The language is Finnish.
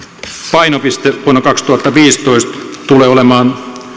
painopiste vuonna kaksituhattaviisitoista tulee olemaan